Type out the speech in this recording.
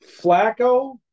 Flacco